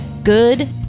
Good